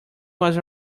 was